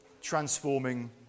transforming